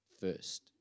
first